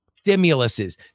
stimuluses